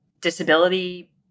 disability